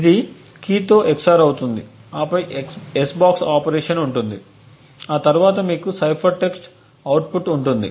ఇది కీ తో XOR అవుతుంది ఆపై S బాక్స్ ఆపరేషన్ ఉంటుంది ఆ తరువాత మీకు సైఫర్ టెక్స్ట్ అవుట్పుట్ఉంటుంది